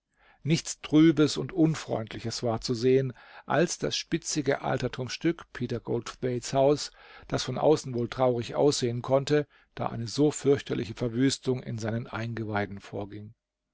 nichts trübes und unfreundliches war zu sehen als das spitzige altertumsstück peter goldthwaites haus das von außen wohl traurig aussehen konnte da eine so fürchterliche verwüstung in seinen eingeweiden vorging